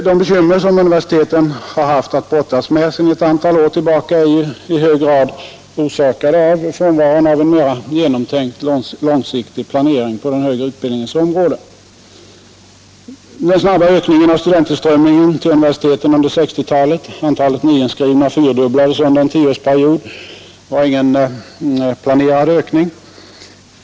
De bekymmer som universiteten haft att brottas med sedan ett antal år tillbaka har ju i hög grad orsakats av frånvaron av en mera genomtänkt långsiktig planering på den högre utbildningens område. Den snabba ökningen av studenttillströmningen till universiteten under 1960-talet — antalet nyinskrivna fyrdubblades under en tioårsperiod — var ingen planerad ökning.